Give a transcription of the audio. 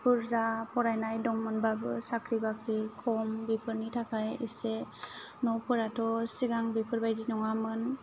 बुरजा फरायनाय दंमोनबाबो साख्रि बाख्रि खम बेफोरनि थाखाय इसे न'फोराथ' सिगां बेफोरबादि नङामोन